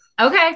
Okay